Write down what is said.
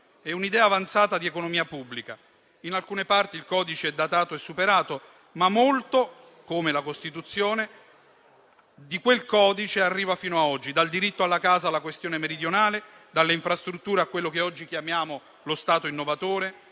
e un'idea avanzata di economia pubblica. In alcune parti il codice è datato e superato, ma molto di quel codice (come la Costituzione) arriva fino a oggi: dal diritto alla casa alla questione meridionale, dalle infrastrutture a quello che oggi chiamiamo lo Stato innovatore,